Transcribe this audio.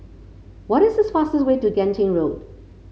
what is the fastest way to Genting Road